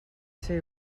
ser